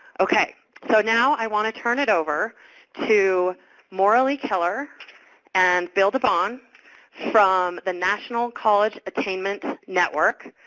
okay. so now i want to turn it over to morralee keller and bill debaun from the national college attainment network.